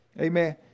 amen